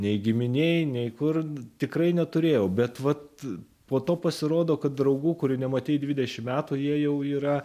nei giminėj nei kur tikrai neturėjau bet vat po to pasirodo kad draugų kurių nematei dvidešimt metų jie jau yra